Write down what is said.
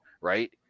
right